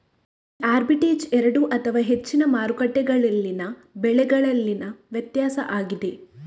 ಈ ಆರ್ಬಿಟ್ರೇಜ್ ಎರಡು ಅಥವಾ ಹೆಚ್ಚಿನ ಮಾರುಕಟ್ಟೆಗಳಲ್ಲಿನ ಬೆಲೆಗಳಲ್ಲಿನ ವ್ಯತ್ಯಾಸ ಆಗಿದೆ